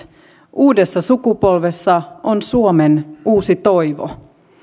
uudessa sukupolvessa on suomen uusi toivo